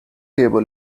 table